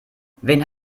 wen